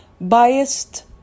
biased